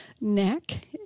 neck